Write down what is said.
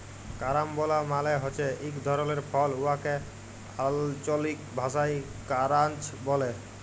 carambola মালে হছে ইক ধরলের ফল উয়াকে আল্চলিক ভাষায় কারান্চ ব্যলে